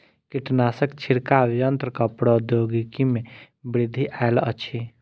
कीटनाशक छिड़काव यन्त्रक प्रौद्योगिकी में वृद्धि आयल अछि